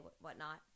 whatnot